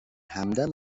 همدم